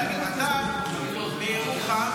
אתה מירוחם,